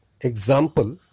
example